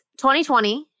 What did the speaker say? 2020